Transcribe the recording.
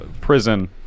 Prison